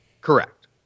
Correct